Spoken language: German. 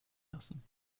lassen